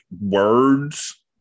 words